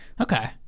Okay